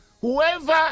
whoever